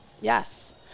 Yes